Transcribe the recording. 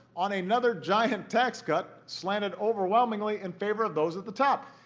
on another giant tax cut slanted overwhelmingly in favor of those at the top.